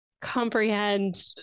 comprehend